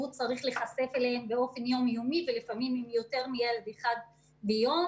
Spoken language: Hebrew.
צריך להיחשף אליהם באופן יום יומי ולפעמים עם יותר מילד אחד ביום.